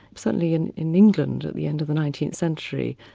certainly in in england at the end of the nineteenth century.